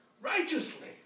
Righteously